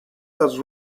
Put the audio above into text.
las